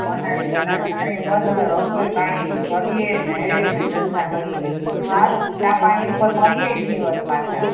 બનાવ બનાવ મારેય બસ હવે રસોઈ પાણી કરીએ ને એય ને જલસા કરીએ બીજું શું હાલ ચા પાણી ઉપર મળીએ એક દિવસ પાછા